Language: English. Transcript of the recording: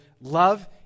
love